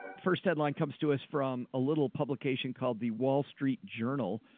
first headline comes to us from a little publication called the wall street journal. ah,